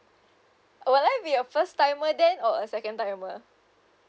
will I be a first timer then or a second timer